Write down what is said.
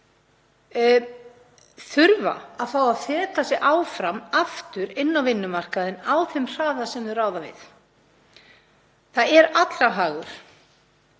þurfa að fá að feta sig áfram aftur inn á vinnumarkaðinn á þeim hraða sem þeir ráða við. Það er allra hagur,